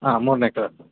ಹಾಂ ಮೂರನೆ ಕ್ರಾಸು